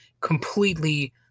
completely